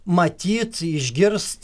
matyt išgirst